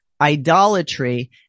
idolatry